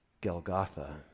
Golgotha